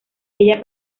ella